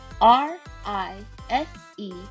R-I-S-E